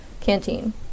canteen